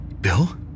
Bill